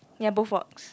ya both works